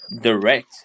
direct